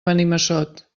benimassot